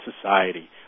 society